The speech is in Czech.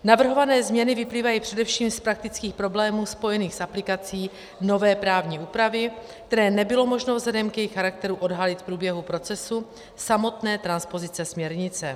Navrhované změny vyplývají především z praktických problémů spojených s aplikací nové právní úpravy, které nebylo možno vzhledem k jejich charakteru odhalit v průběhu procesu samotné transpozice směrnice.